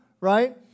right